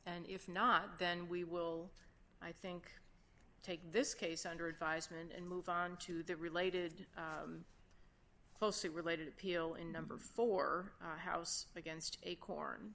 and if not then we will i think take this case under advisement and move on to the related closely related appeal in number for house against acorn